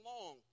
long